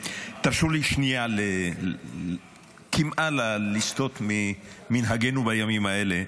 תרשו לי שנייה לסטות ממנהגנו בימים האלה.